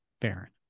Baron